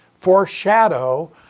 foreshadow